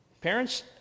Parents